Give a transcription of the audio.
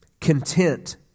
content